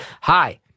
Hi